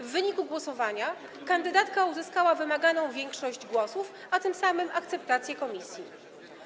W wyniku głosowania kandydatka uzyskała wymaganą większość głosów, a tym samym akceptację komisji.